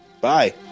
Bye